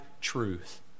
truth